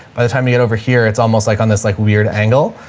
by the time you get over here, it's almost like on this like weird angle.